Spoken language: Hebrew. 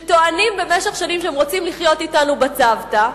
שטוענים במשך שנים שהם רוצים לחיות אתנו בצוותא,